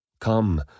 Come